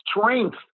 strength